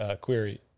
query